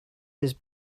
his